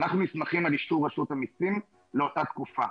אנחנו נסמכים על אישור רשות המסים לאותה תקופה